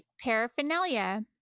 paraphernalia